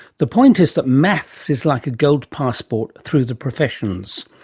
the point is that maths is like a gold passport through the professions.